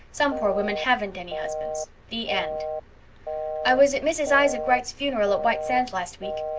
some poor women haven't any husbands. the end i was at mrs. isaac wrights funeral at white sands last week.